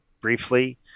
briefly